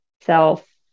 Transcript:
self